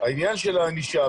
העניין של הענישה,